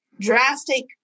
drastic